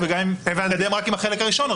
וגם אם נתקדם רק עם החלק הראשון,